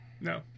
No